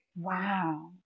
wow